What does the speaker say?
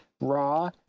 raw